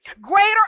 Greater